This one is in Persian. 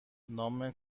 نام